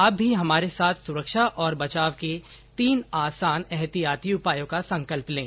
आप भी हमारे साथ सुरक्षा और बचाव के तीन आसान एहतियाती उपायों का संकल्प लें